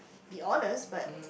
be honest but